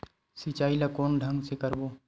सिंचाई ल कोन ढंग से करबो?